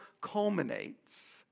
culminates